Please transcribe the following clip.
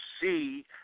see